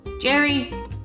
Jerry